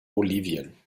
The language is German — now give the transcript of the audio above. bolivien